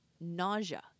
nausea